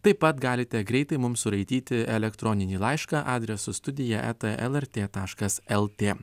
taip pat galite greitai mums suraityti elektroninį laišką adresu studija eta lrt taškas lt